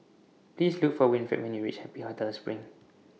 Please Look For Winfred when YOU REACH Happy Hotel SPRING